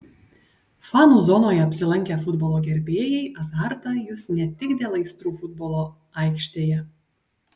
fanų zonoje apsilankę futbolo gerbėjai azartą jus ne tik dėl aistrų futbolo aikštėje